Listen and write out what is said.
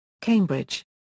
Cambridge